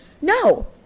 no